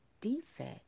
defect